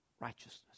righteousness